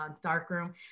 darkroom